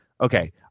okay